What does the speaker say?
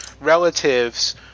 relatives